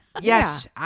Yes